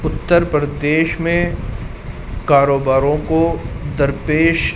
اتر پردیش میں کاروباروں کو درپیش